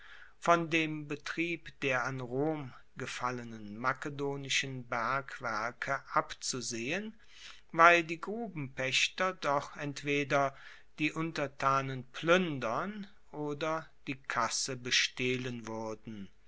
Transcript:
von dem betrieb der an rom gefallenen makedonischen bergwerke abzusehen weil die grubenpaechter doch entweder die untertanen pluendern oder die kasse bestehlen wuerden